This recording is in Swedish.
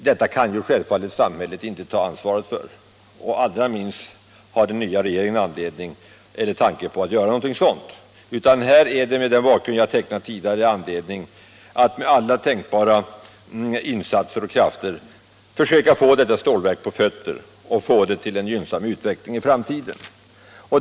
Detta kunde samhället självfallet inte ta ansvaret för, och allra minst hade den nya regeringen någon tanke på att göra något sådant. Mot den bakgrund som jag tidigare har tecknat måste alla tänkbara insatser göras och alla krafter sättas in på att försöka få stålverket på fötter och leda utvecklingen i en gynnsam riktning för framtiden.